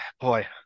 boy